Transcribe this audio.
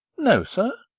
no, sir?